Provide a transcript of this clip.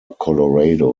colorado